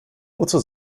wozu